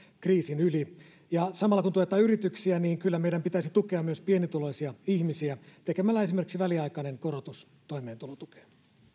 kriisin yli samalla kun tuetaan yrityksiä niin kyllä meidän pitäisi tukea myös pienituloisia ihmisiä tekemällä esimerkiksi väliaikainen korotus toimeentulotukeen